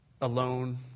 Alone